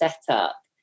setup